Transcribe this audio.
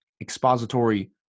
expository